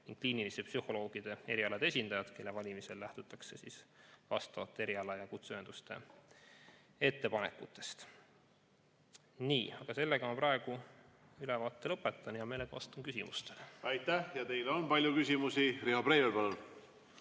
kliiniliste psühholoogide eriala esindajad, kelle valimisel lähtutakse vastavate eriala‑ ja kutseühenduste ettepanekutest. Nii. Sellega ma praegu ülevaate lõpetan. Hea meelega vastan küsimustele. Aitäh! Ja teile on palju küsimusi. Riho Breivel, palun!